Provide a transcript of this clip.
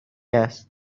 هست